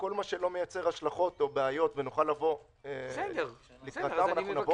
שלא מייצר השלכות או בעיות ונוכל לבוא לקראתם - נבוא.